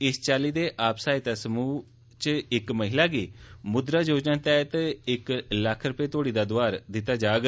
इस चाल्ली दे हर आप सहायता समूह च इक महिला गी मुद्रा योजना तैहत इक लक्ख रपे तोहड़ी दा दोआर दिता जाग